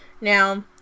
now